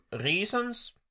reasons